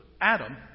Adam